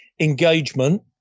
engagement